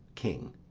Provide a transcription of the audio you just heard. king.